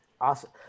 Awesome